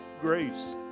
grace